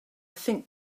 think